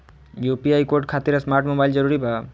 UPI code खातिर smart mobile जरूरी बा?